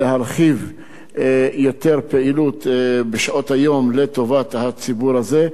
להרחיב יותר את הפעילות בשעות היום לטובת הציבור הזה,